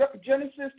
Genesis